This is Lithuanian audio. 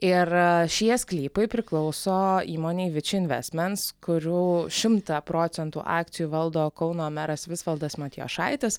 ir šie sklypai priklauso įmonei viči invesments kurių šimtą procentų akcijų valdo kauno meras visvaldas matijošaitis